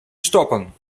stoppen